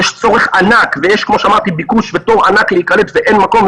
יש צורך ענק ויש כמו שאמרתי ביקוש ותור ענק להיקלט ואין מקום,